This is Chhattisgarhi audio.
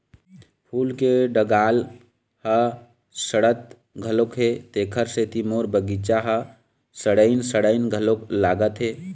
फूल के डंगाल ह सड़त घलोक हे, तेखरे सेती मोर बगिचा ह सड़इन सड़इन घलोक लागथे